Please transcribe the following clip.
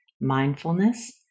mindfulness